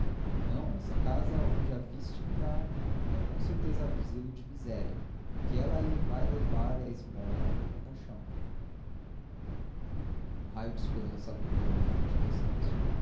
não essa casa onde a viste entrar é com certeza asilo de miséria o que ela aí vai levar é a esmola e a compaixão um raio de esperança alumiou a fronte de estácio